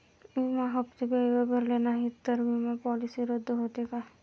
विमा हप्ते वेळेवर भरले नाहीत, तर विमा पॉलिसी रद्द होते का?